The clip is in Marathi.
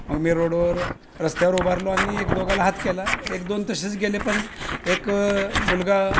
रस्त्यावर उभारलो आणि एक दोघाला हात केला एक दोन तसेच गेले पण एक मुलगा